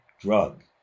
drug